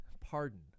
pardon